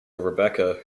rebekah